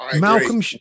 Malcolm